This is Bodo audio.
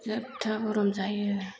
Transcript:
जोबथा गरम जायो